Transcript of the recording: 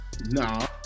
nah